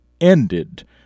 ended